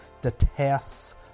detests